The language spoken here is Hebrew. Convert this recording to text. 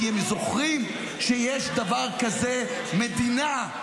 כי הם זוכרים שיש דבר כזה מדינה,